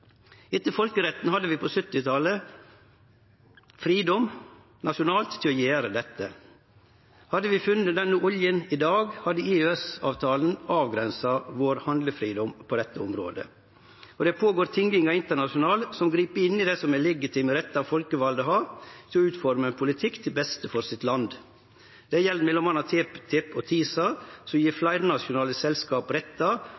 Etter folkeretten hadde vi på 1970-talet fridom nasjonalt til å gjere dette. Hadde vi funne denne oljen i dag, hadde EØS-avtalen avgrensa handlefridomen vår på dette området. Det pågår tingingar internasjonalt som grip inn i det som er legitime rettar folkevalde har til å utforme ein politikk til beste for landet sitt. Det gjeld m.a. TTIP og TiSA, som